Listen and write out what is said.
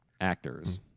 Actors